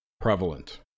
prevalent